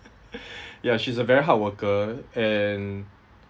ya she's a very hard worker and